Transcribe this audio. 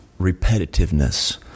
Repetitiveness